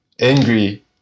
angry